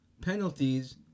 penalties